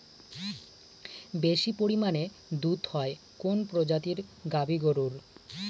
বেশি পরিমানে দুধ হয় কোন প্রজাতির গাভি গরুর?